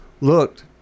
looked